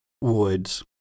woods